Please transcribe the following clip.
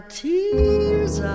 tears